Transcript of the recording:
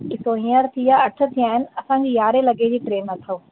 ॾिसो हीअंर थी विया अठ थिया आहिनि असांजे यारहें लॻे जी ट्रेन अथव